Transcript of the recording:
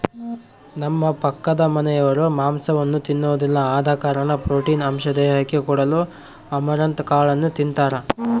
ನಮ್ಮ ಪಕ್ಕದಮನೆರು ಮಾಂಸವನ್ನ ತಿನ್ನೊದಿಲ್ಲ ಆದ ಕಾರಣ ಪ್ರೋಟೀನ್ ಅಂಶ ದೇಹಕ್ಕೆ ಕೊಡಲು ಅಮರಂತ್ ಕಾಳನ್ನು ತಿಂತಾರ